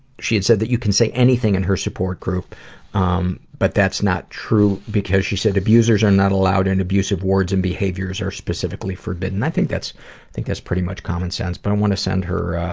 she had said you can say anything in her support group um but that's not true because she said abusers are not allowed and abusive words and behavior are specifically forbidden. i think that's think that's pretty much common sense but i want to send her